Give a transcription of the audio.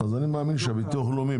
אני מאמין שהביטוח הלאומי,